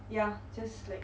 ya just like